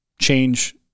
change